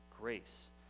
grace